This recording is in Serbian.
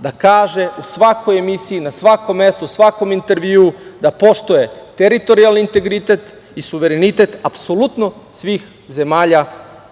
da kaže u svakoj emisiji, na svakom mestu, u svakom intervju, da poštuje teritorijalni integritet i suverenitet apsolutno svih zemalja